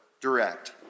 direct